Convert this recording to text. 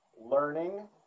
learning